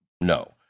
no